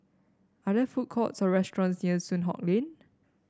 are there food courts or restaurants near Soon Hock Lane